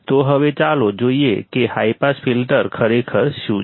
તો હવે ચાલો જોઈએ કે હાઈ પાસ ફિલ્ટર ખરેખર શું છે